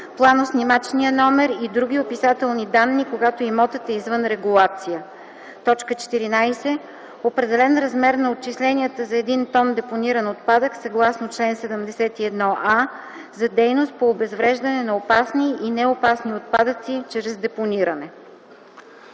планоснимачния номер и други описателни данни, когато имотът е извън регулация; 14. определен размер на отчисленията за един тон депониран отпадък съгласно чл. 71а за дейност по обезвреждане на опасни и неопасни отпадъци чрез депониране.”